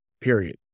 period